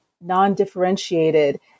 non-differentiated